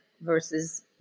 versus